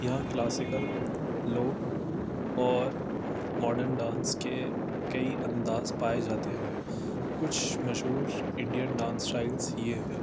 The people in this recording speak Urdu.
یہاں کلاسیکل لوگ اور ماڈرن ڈانس کے کئی انداز پائے جاتے ہیں کچھ مشہور انڈین ڈانس اسٹائلس یہ ہیں